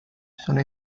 sono